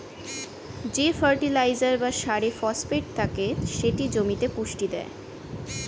যে ফার্টিলাইজার বা সারে ফসফেট থাকে সেটি জমিতে পুষ্টি দেয়